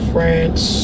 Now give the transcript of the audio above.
France